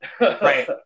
Right